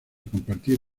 compartir